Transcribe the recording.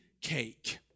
cake